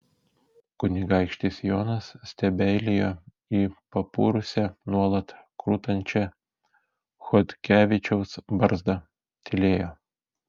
kunigaikštis jonas stebeilijo į papurusią nuolat krutančią chodkevičiaus barzdą tylėjo